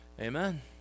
Amen